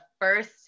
first